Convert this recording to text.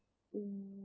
mm